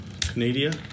Canada